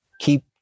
keep